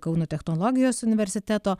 kauno technologijos universiteto